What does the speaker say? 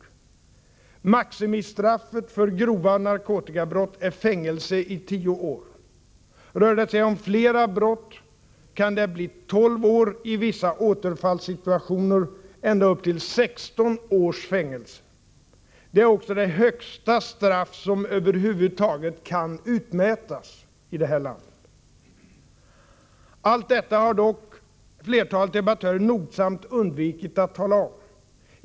Oo Maximistraffet för grova narkotikabrott är fängelse i 10 år. Rör det sig om flera brott kan det bli 12 år, i vissa återfallssituationer ända upp till 16 års fängelse. Det är också det högsta straff som över huvud taget kan utmätas i det här landet. Allt detta har dock flertalet debattörer nogsamt undvikit att tala om.